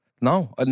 No